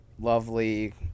lovely